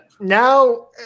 Now